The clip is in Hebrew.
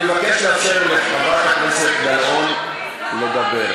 אני מבקש לאפשר לחברת הכנסת גלאון לדבר.